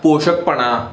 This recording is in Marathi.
पोषकपणा